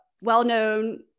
well-known